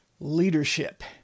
leadership